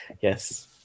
Yes